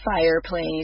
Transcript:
fireplace